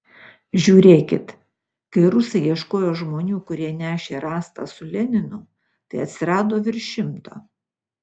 žiūrėkit kai rusai ieškojo žmonių kurie nešė rastą su leninu tai atsirado virš šimto